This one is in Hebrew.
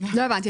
לא הבנתי.